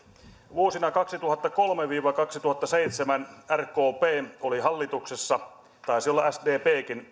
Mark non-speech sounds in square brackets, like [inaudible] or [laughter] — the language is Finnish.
vuosina kaksituhattakolme viiva kaksituhattaseitsemän rkp oli hallituksessa taisi olla sdpkin [unintelligible]